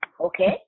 Okay